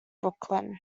brooklyn